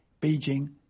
Beijing